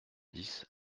dix